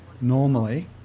normally